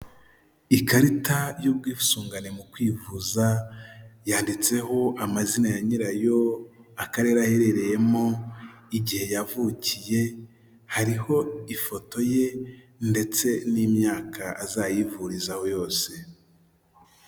Ikarita y'ubwisungane mu kwivuza yanditseho amazina ya nyirayo, akarere aherereyemo, igihe yavukiye, hariho ifoto ye ndetse n'imyaka azayivurizaho yose.